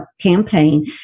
campaign